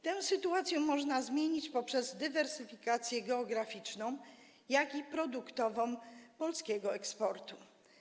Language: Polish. Tę sytuację można zmienić zarówno poprzez dywersyfikację geograficzną, jak i produktową polskiego eksportu.